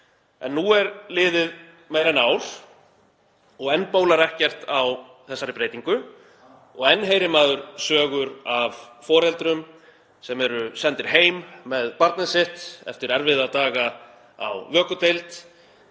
En nú er liðið meira en ár og enn bólar ekkert á þessari breytingu og enn heyrir maður sögur af foreldrum sem eru sendir heim með barnið sitt eftir erfiða daga á vökudeild